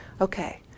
okay